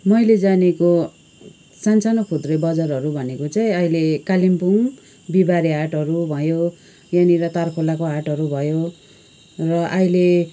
मैले जानेको सान सानो खुद्रे बजारहरू भनेको चाहिँ अहिले कालिम्पोङ बिहिबारे हाटहरू भयो यहाँनिर तारखोलाको हाटहरू भयो र अहिले